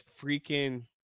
freaking